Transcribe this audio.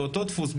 באותו דפוס,